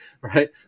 right